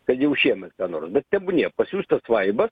kad jau šiemet ką nors bet tebūnie pasiųstas vaibas